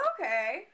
Okay